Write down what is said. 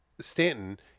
Stanton